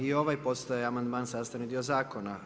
I ovaj postaje amandman sastavni dio zakona.